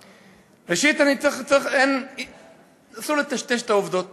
ראשית, אסור לטשטש את העובדות,